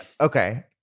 okay